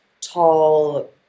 tall